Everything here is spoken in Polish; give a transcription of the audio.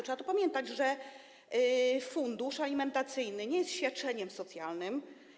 Trzeba pamiętać, że fundusz alimentacyjny nie jest świadczeniem socjalnym.